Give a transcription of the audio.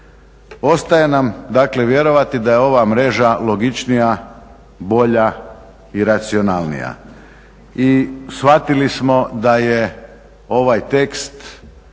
Ostaje nam dakle vjerovati da je ova mreža logičnija, bolja i racionalnija. I shvatili smo da je ovaj tekst